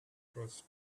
trust